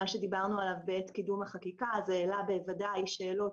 מה שדיברנו עליו בעת קידום החקיקה זה העלה בוודאי שאלות